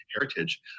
heritage